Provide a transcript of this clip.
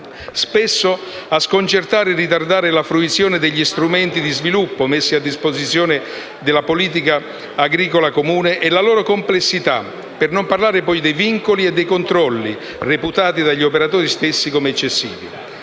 Spesso a sconcertare e a ritardare la fruizione degli strumenti di sviluppo messi a disposizione dalla politica agricola comune è la loro complessità, per non parlare poi dei vincoli e dei controlli, reputati dagli operatori stessi come eccessivi.